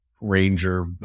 ranger